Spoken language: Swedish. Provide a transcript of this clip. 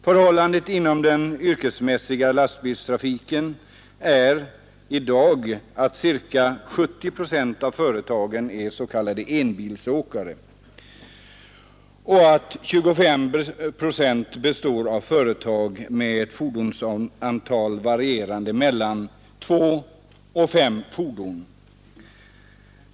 Förhållandet inom den yrkesmässiga lastbilstrafiken är i dag att ca 70 procent av företagen är s.k. enbilsåkerier och att 25 procent består av företag med mellan två och fem fordon.